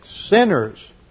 sinners